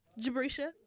Jabrisha